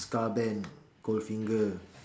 ska band gold finger